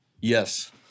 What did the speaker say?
Yes